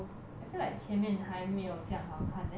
I feel like 前面还没有这样好看 then like